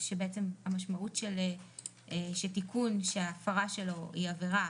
אומר שהמשמעות היא שתיקון שההפרה שלו היא עבירה